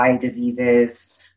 diseases